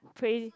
pray